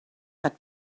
had